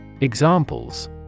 Examples